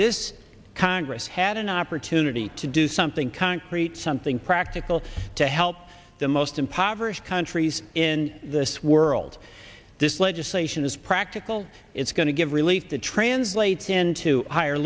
this congress had an opportunity to do something concrete something practical to help the most impoverished countries in the world this legislation is practical it's going to give relief that translates into higher